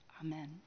amen